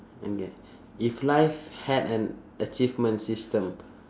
okay if life had an achievement system